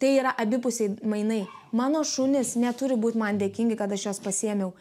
tai yra abipusiai mainai mano šunys neturi būt man dėkingi kad aš juos pasiėmiau